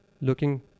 looking